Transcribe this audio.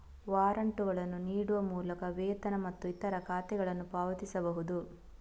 ವಾರಂಟುಗಳನ್ನು ನೀಡುವ ಮೂಲಕ ವೇತನ ಮತ್ತು ಇತರ ಖಾತೆಗಳನ್ನು ಪಾವತಿಸಬಹುದು